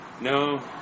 No